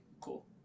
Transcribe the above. cool